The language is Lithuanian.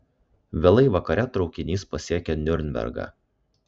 vėlai vakare traukinys pasiekia niurnbergą